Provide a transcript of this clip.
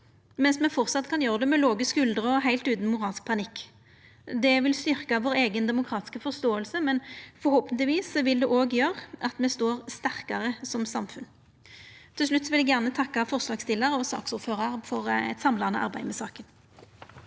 mens me framleis kan gjera det med låge skuldrer og heilt utan moralsk panikk. Det vil styrkja vår eiga demokratiske forståing, men forhåpentlegvis vil det òg gjera at me står sterkare som samfunn. Til slutt vil eg gjerne takka forslagsstillarane og saksordføraren for eit samlande arbeid med saka.